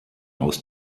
aus